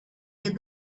get